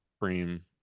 cream